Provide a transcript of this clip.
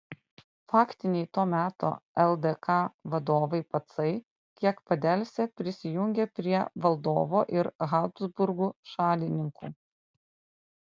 faktiniai to meto ldk valdovai pacai kiek padelsę prisijungė prie valdovo ir habsburgų šalininkų